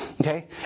Okay